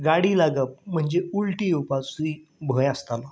गाडी लागप म्हणजे उलटी येवपासूय भंय आसतालो